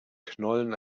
knollen